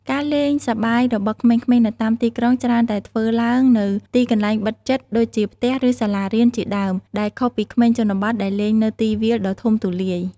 ការលេងសប្បាយរបស់ក្មេងៗនៅតាមទីក្រុងច្រើនតែធ្វើឡើងនៅទីកន្លែងបិទជិតដូចជាផ្ទះឬសាលារៀនជាដើម ដែលខុសពីក្មេងជនបទដែលលេងនៅទីវាលដ៏ធំទូលាយ។